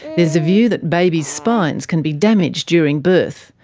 there's a view that babies' spines can be damaged during birth,